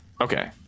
okay